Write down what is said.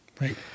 right